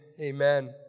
amen